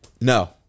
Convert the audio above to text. No